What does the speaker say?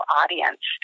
audience